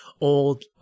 old